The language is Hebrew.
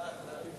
ההצעה